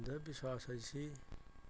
ꯑꯟꯗꯕꯤꯁ꯭ꯋꯥꯁ ꯍꯥꯏꯁꯤ